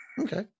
Okay